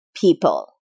people